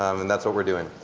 um and that's what we're doing.